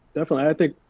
definitely, i think